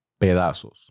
pedazos